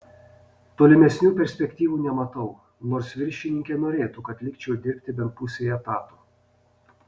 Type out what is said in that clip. tolimesnių perspektyvų nematau nors viršininkė norėtų kad likčiau dirbti bent pusei etato